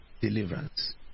deliverance